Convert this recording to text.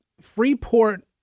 Freeport